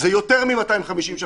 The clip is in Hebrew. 9 זה לא ורק 2 זה כן,